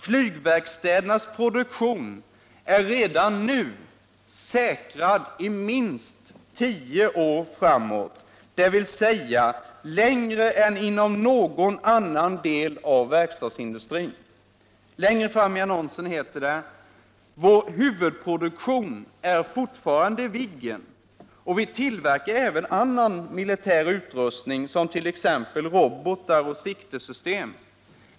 Flygverkstädernas produktion är redan nu säkrad i minst 10 år framåt, dvs. längre än inom någon annan del av verkstadsindustrin.” Längre fram i annonsen står det: ”Vår huvudproduktion är fortfarande Viggen och vi tillverkar även annan militär utrustning som t.ex. robotar och siktesystem.